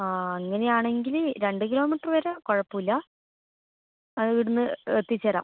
ആ അങ്ങനെയാണെങ്കിൽ രണ്ട് കിലോമീറ്റർ വരാം കുഴപ്പമില്ല ആ ഇവിടെന്ന് എത്തിച്ചെരാം